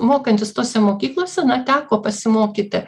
mokantis tose mokyklose na teko pasimokyti